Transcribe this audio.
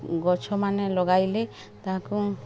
ଗଛମାନେ ଲଗାଇଲେ ତାହାକୁ